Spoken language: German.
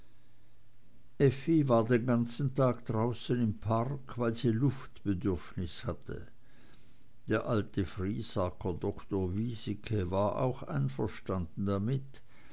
war den ganzen tag draußen im park weil sie das luftbedürfnis hatte der alte friesacker doktor wiesike war auch einverstanden damit